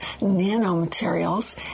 nanomaterials